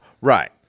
Right